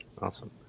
awesome